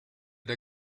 der